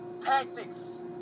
tactics